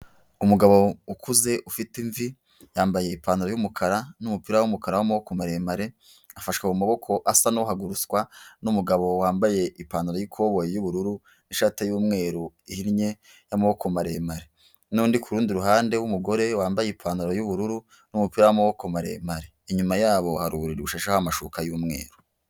Umugabo ukuze ufite imvi yambaye ipantaro y'umukara n'umupira w'umukara w'amaboko maremare, afashwe mu maboko asa n'uhagurutswa n'umugabo wambaye ipantaro y'ikoboyi y'ubururu, ishati y'umweru ihinnye y'amaboko maremare, n'undi kurundi ruhande w'umugore wambaye ipantaro y'ubururu n'umupira w'amaboko maremare, inyuma yabo hari ururiri bushashweho amashuka y'umweru.